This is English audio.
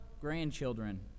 grandchildren